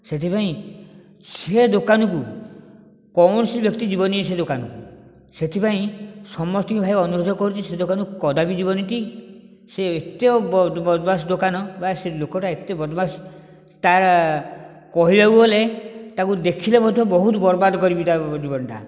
ସେଥିପାଇଁ ସେହି ଦୋକାନକୁ କୌଣସି ବ୍ୟକ୍ତି ଯିବନି ସେ ଦୋକାନକୁ ସେଥିପାଇଁ ସମସ୍ତଙ୍କୁ ଭାଇ ଅନୁରୋଧ କରୁଛି ସେ ଦୋକାନକୁ କଦାପି ଯିବନିଟି ସେ ଏତେ ବଦମାସ ଦୋକାନ ବା ସେ ଲୋକଟା ଏତେ ବଦମାସ ତା କହିବାକୁ ଗଲେ ତାକୁ ଦେଖିଲେ ମଧ୍ୟ ବହୁତ ବରବାଦ କରିବି ତା ଜୀବନଟା